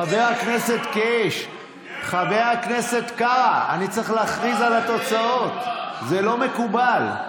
חבר הכנסת קיש, חבר הכנסת קארה, אתם מפריעים.